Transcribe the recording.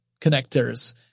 connectors